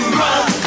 run